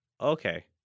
Okay